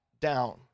down